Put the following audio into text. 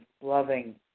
loving